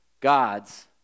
God's